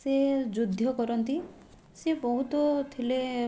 ସେ ଯୁଦ୍ଧ କରନ୍ତି ସେ ବହୁତ ଥିଲେ